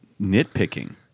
nitpicking